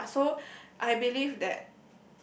ya so I believe that